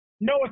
No